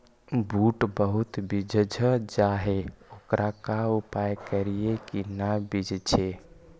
बुट बहुत बिजझ जा हे ओकर का उपाय करियै कि न बिजझे?